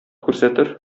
күрсәтер